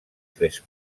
tres